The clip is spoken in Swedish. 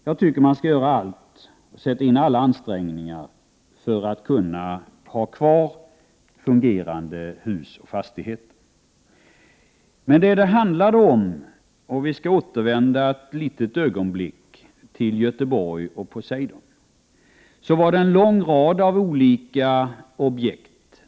Jag tycker att man skall göra alla ansträngningar för att kunna ha kvar fungerande hus och fastigheter. Men beträffande Poseidon i Göteborg, om vi återvänder till det, gällde uppvaktningen hos mig en lång rad olika objekt.